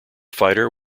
fighter